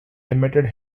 limited